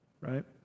right